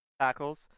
tackles